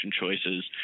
choices